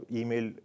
email